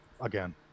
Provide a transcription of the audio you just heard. again